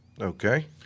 Okay